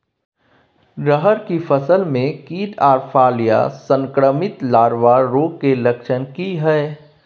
रहर की फसल मे कीट आर फलियां संक्रमित लार्वा रोग के लक्षण की हय?